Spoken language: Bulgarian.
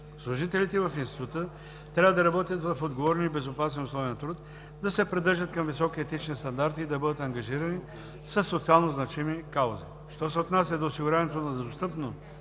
Служителите в Института трябва да работят в отговорни и безопасни условия на труд, да се придържат към високи етични стандарти и да бъдат ангажирани със социално значими каузи. Що се отнася до осигуряването на достъпно